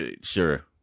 sure